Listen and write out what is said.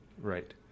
Right